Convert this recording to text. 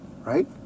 Right